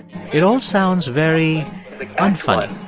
it all sounds very unfunny